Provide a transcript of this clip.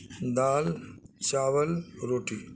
دال چاول روٹی